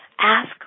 ask